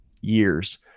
years